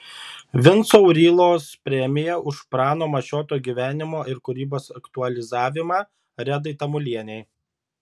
vinco aurylos premija už prano mašioto gyvenimo ir kūrybos aktualizavimą redai tamulienei